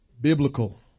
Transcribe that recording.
Biblical